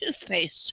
toothpaste